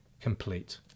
complete